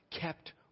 kept